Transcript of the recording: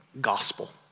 gospel